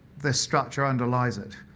the structure underlies it.